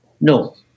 No